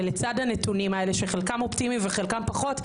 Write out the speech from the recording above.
ולצד הנתונים האלה שחלקם אופטימיים וחלקם פחות,